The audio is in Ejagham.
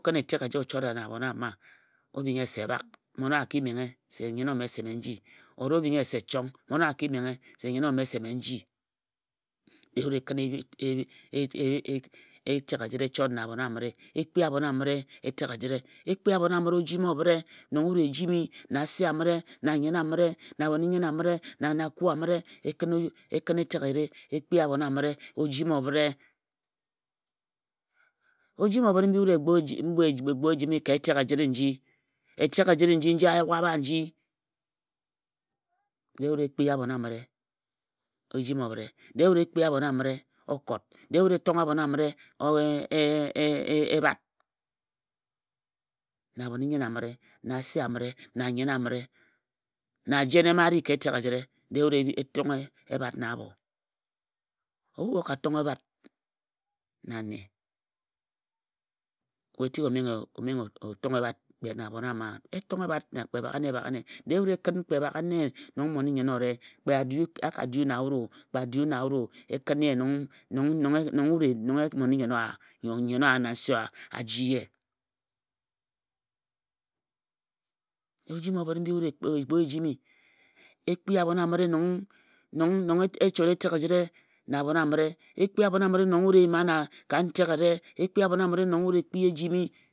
Kǝn etek eja o chora na abhon ama. O bhing ye se bak mmon owa a kimenghe se nnyen ome se mme n ji. O bhing se chong mmon owa a ki menghe se nnyen ome se n ji. Dee wut e e kǝn etek ejǝre e chot na abhon amǝre. E kpia abhon amǝre etek ajǝre. E kpi abhon amǝre ojimi obhǝre nong wut e jimi na ase amǝre na anyen amǝre na abhon-i-nnyen amǝre na ane akue amǝre e kǝn etek ejek eyere e kpii abhon amǝre ojimi obhǝre. Ojimi obhǝre mbi wut e gboe ejimi ka etek ejǝre nji Etek ejǝre nji a yuk abha nji. Dee wut e kpii abhon amǝre okot. Dee wut e tonghe abhon amǝre ee ebhat na abhon-i-nnyen amǝre na ase amǝre na nnyen amǝre na ejene mma a ri ka etek ejǝre Dee wut e tonghe ebhat na abho Ebhu we o ka tonghe ebhat na nne we tik o menghe o tonghe ebhat kpe na abhon ama a? E tonghe ebhat na kpe baghe nne baghe nne. Dee wut e kǝn kpe baghe nn nong mmon-i-nnyen owǝre Kpe a du a ka du na wut o a ka du na wut o e kǝn ye nong nong wut e nong mmon-i-nnyen owa nyo nnyen owa na nse owa na a ji ye. Ojimi obhǝre mbi wut e gboe ejimi e kpi abhon amǝre nong e chora etek ejǝre na abhon amǝre. E kpii abhon amǝre nong e yim a ka ntek eyere. E kpii abhon amǝre nong wut e yima ojimi obhǝre.